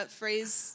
phrase